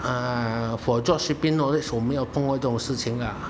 uh for drop shipping knowledge 我没有碰过这种事情啦